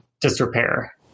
disrepair